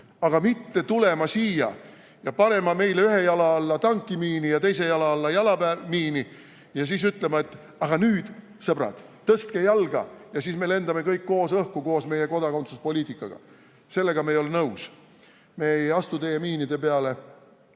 aga mitte tulema siia ja panema meile ühe jala alla tankimiini ja teise jala alla jalaväemiini ja siis ütlema, et nüüd, sõbrad, tõstke jalga ja siis me lendame kõik koos õhku koos meie kodakondsuspoliitikaga. Sellega me ei ole nõus! Me ei astu teie miinide peale,